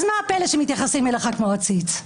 אז מה הפלא שמתייחסים אליך כמו עציץ?